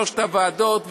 שלוש הוועדות,